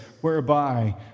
whereby